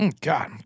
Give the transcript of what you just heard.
God